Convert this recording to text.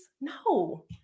No